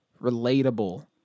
relatable